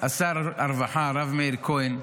שר הרווחה הרב מאיר כהן,